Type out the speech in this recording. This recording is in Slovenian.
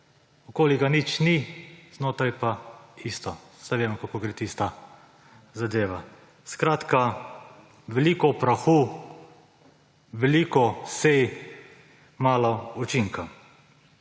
okoli ga nič ni, znotraj pa isto. Saj vemo, kako gre tista zadeva. Skratka, veliko prahu, veliko sej, malo učinka.